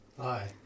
Hi